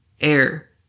air